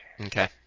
Okay